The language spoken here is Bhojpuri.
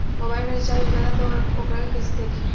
मोबाइल में रिचार्ज हो जाला त वोकरा के कइसे देखी?